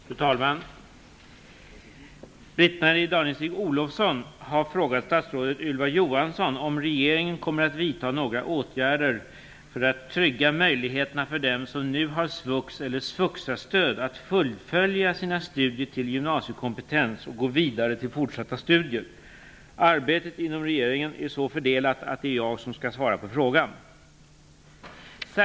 Fru talman! Britt-Marie Danestig-Olofsson har frågat statsrådet Ylva Johansson om regeringen kommer att vidta några åtgärder för att trygga möjligheterna för dem som nu har SVUX eller SVUXA-stöd att fullfölja sina studier till gymnasiekompetens och gå vidare till fortsatta studier. Arbetet inom regeringen är så fördelat att det är jag som skall svara på frågan.